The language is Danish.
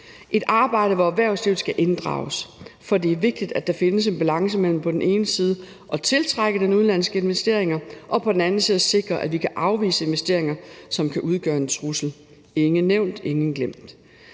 et arbejde, hvor erhvervslivet skal inddrages, for det er vigtigt, at der findes en balance mellem på den ene side at tiltrække udenlandske investeringer og på den anden side at sikre, at vi kan afvise investeringer, som kan udgøre en trussel – ingen nævnt, ingen glemt.